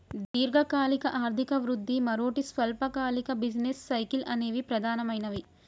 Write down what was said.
దీర్ఘకాలిక ఆర్థిక వృద్ధి, మరోటి స్వల్పకాలిక బిజినెస్ సైకిల్స్ అనేవి ప్రధానమైనవి